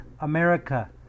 America